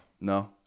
No